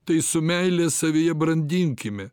tai su meile savyje brandinkime